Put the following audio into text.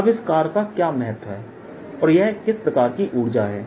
अब इस कार्य का क्या महत्व है और यह किस प्रकार की ऊर्जा है